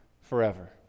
forever